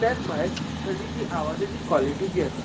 तेच भायर ताची जी आवाजाची कॉलिटी जी आसा